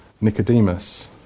Nicodemus